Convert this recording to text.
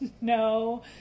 no